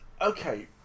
Okay